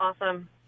awesome